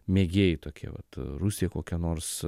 mėgėjai tokie vat rusija kokia nors